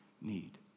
need